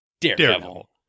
Daredevil